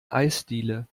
eisdiele